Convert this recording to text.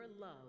love